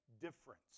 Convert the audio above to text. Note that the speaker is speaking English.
difference